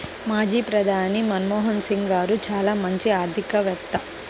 మాజీ ప్రధాని మన్మోహన్ సింగ్ గారు చాలా మంచి ఆర్థికవేత్త